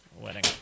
wedding